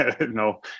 No